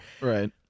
Right